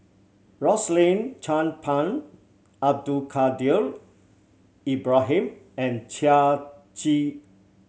Rosaline Chan Pang Abdul Kadir Ibrahim and Chia Tee